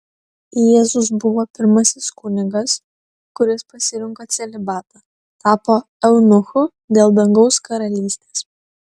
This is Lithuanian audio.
jėzus buvo pirmasis kunigas kuris pasirinko celibatą tapo eunuchu dėl dangaus karalystės